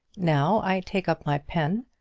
now i take up my pen,